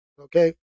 Okay